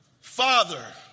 Father